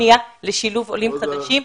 לשילוב עולים חדשים.